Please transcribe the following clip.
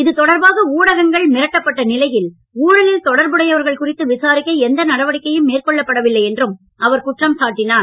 இது தொடர்பாக ஊடகங்கள் மிரட்டப்பட்ட நிலையில் ஊழலில் தொடர்புடையவர்கள் குறித்து விசாரிக்க எந்த நடவடிக்கையும் மேற்கொள்ளப்படவில்லை என்றும் அவர் குற்றம் சாட்டினார்